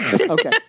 Okay